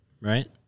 right